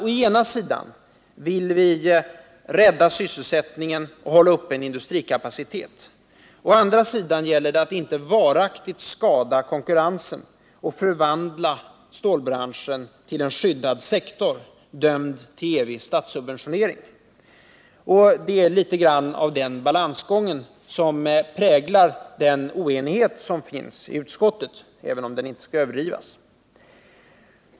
Å ena sidan vill vi rädda sysselsättningen och hålla uppe en industrikapacitet, å andra sidan gäller det att inte varaktigt skada konkurrensen och förvandla stålbranschen till en skyddad sektor, dömd till evig statssubventionering. Det är litet grand av den balansgången som präglar oenigheten i utskottet, även om den inte skall överdrivas.